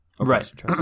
Right